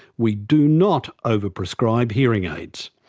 we do not over-prescribe hearing aids.